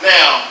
Now